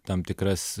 tam tikras